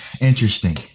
interesting